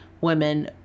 women